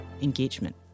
Engagement